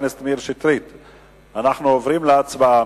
אנחנו עוברים להצבעה.